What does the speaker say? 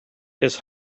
his